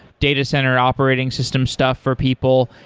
data center operating system stuff for people,